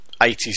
80s